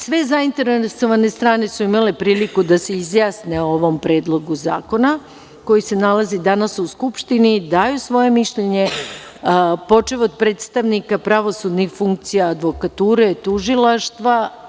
Sve zainteresovane strane su imale priliku da se izjasne o ovom predlogu zakona koji se nalazi danas u Skupštini i daju svoje mišljenje, počev od predstavnika pravosudnih funkcija, advokature, tužilaštava.